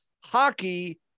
Hockey